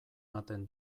ematen